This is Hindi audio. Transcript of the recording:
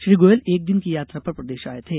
श्री गोयल एक दिन की यात्रा पर प्रदेष आये थे